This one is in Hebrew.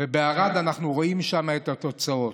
אנחנו רואים את התוצאות.